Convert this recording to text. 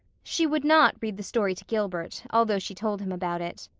she would not read the story to gilbert, although she told him about it.